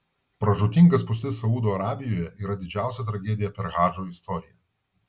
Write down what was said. pražūtinga spūstis saudo arabijoje yra didžiausia tragedija per hadžo istoriją